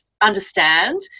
understand